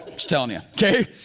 just telling you, okay?